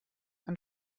ein